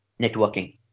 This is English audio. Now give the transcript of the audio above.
networking